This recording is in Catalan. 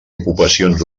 ocupacions